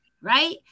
right